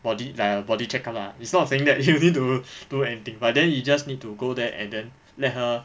body like a body check up lah it's not saying that you need to do anything but then you just need to go there and then like her